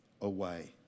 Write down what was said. away